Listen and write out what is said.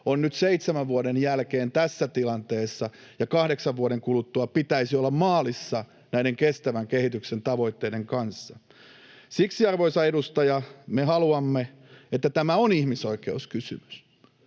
on nyt seitsemän vuoden jälkeen tässä tilanteessa, kun kahdeksan vuoden kuluttua pitäisi olla maalissa näiden kestävän kehityksen tavoitteiden kanssa — arvoisa edustaja, me haluamme, että tämä on ihmisoikeuskysymys.